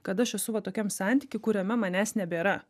kad aš esu va tokiam santyky kuriame manęs nebėra